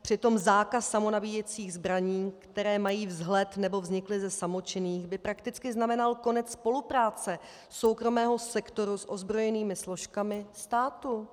Přitom zákaz samonabíjecích zbraní, které mají vzhled nebo vznikly ze samočinných, by prakticky znamenal konec spolupráce soukromého sektoru s ozbrojenými složkami státu.